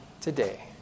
today